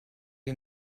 you